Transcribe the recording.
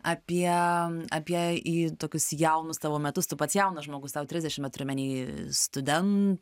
apie apie į tokius jaunus tavo metus tu pats jaunas žmogus tau trisdešim turiu omeny studen